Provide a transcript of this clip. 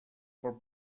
for